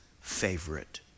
favorite